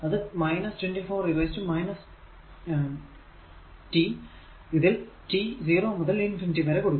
അത് 24 e t0 ഇതിൽ t 0 മുതൽ ഇൻഫിനിറ്റി വരെ കൊടുക്കുക